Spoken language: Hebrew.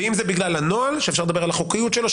ואם זה בגלל הנוהל שאפשר לדבר על החוקיות שלו,